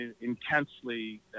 intensely